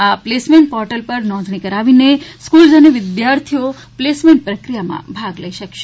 આ placement portal પર નોંધણી કરાવીને સ્ક્રલ્સ અને વિદ્યાર્થીઓ પ્લેસમેન્ટ પ્રક્રિયામાં ભાગ લઈ શકશે